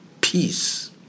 peace